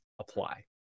apply